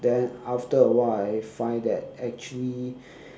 then after awhile I find that actually